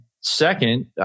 second